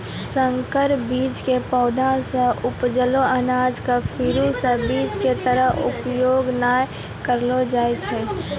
संकर बीज के पौधा सॅ उपजलो अनाज कॅ फेरू स बीज के तरह उपयोग नाय करलो जाय छै